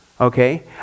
okay